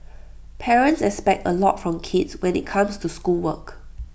parents expect A lot from kids when IT comes to schoolwork